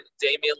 Damian